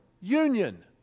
union